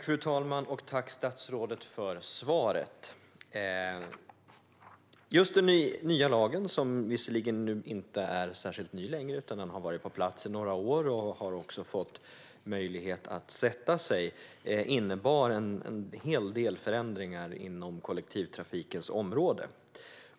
Fru talman! Tack, statsrådet, för svaret! Den nya lagen, som visserligen inte är helt ny längre utan har varit på plats i några år och också har fått möjlighet att sätta sig, innebar en hel del förändringar inom kollektivtrafikens område.